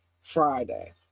Friday*